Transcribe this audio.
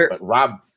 rob